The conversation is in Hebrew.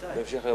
מתי?